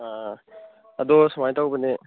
ꯑꯥ ꯑꯗꯣ ꯁꯨꯃꯥꯏ ꯇꯧꯕꯅꯦ